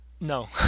No